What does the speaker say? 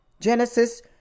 Genesis